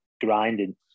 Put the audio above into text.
grinding